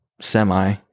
semi